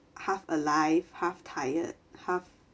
half alive half tired half